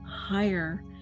higher